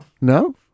No